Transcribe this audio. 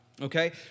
Okay